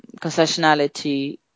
concessionality